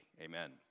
amen